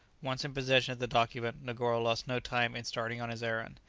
once in possession of the document, negoro lost no time in starting on his errand.